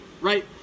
right